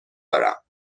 دارم